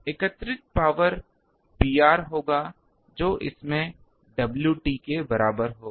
एकत्रित power Pr होगा जो इसमें Wt के बराबर होगा